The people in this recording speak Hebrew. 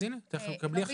אז הנה, תקבלי עכשיו תשובה.